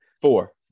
four